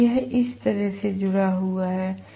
यह इस तरह से जुड़ा हुआ है